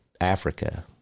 Africa